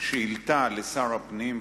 שאילתא לשר הפנים,